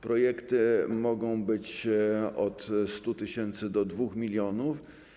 Projekty mogą być od 100 tys. do 2 mln.